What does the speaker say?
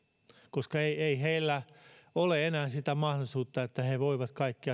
koska ei ei heillä ole enää sitä mahdollisuutta että he voivat kaikki